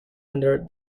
under